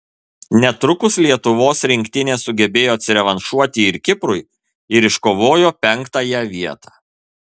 netrukus lietuvos rinktinė sugebėjo atsirevanšuoti ir kiprui ir iškovojo penktąją vietą